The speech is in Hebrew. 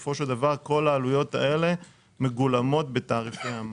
כל העלויות האלה מגולמות בתעריפי המים.